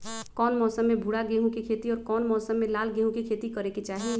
कौन मौसम में भूरा गेहूं के खेती और कौन मौसम मे लाल गेंहू के खेती करे के चाहि?